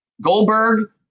Goldberg